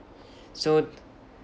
so